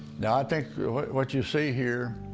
now, i think what you see here,